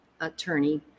attorney